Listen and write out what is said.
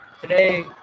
Today